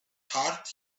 heart